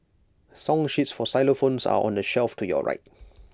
song sheets for xylophones are on the shelf to your right